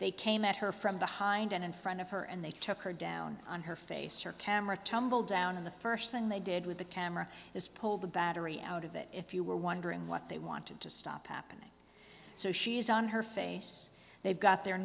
they came at her from behind and in front of her and they took her down on her face her camera tumbled down in the first thing they did with the camera this pulled the battery out of it if you were wondering what they wanted to stop happening so she's on her face they've got their